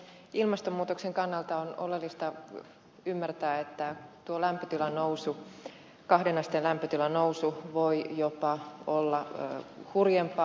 ilmastonmuutoksen kannalta on oleellista ymmärtää että tuo kahden asteen lämpötilan nousu voi jopa olla hurjempaa